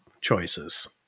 choices